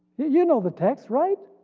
you know the text, right?